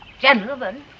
gentlemen